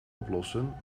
oplossen